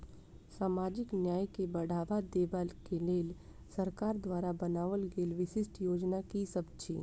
सामाजिक न्याय केँ बढ़ाबा देबा केँ लेल सरकार द्वारा बनावल गेल विशिष्ट योजना की सब अछि?